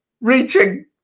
reaching